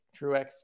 Truex